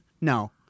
No